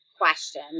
question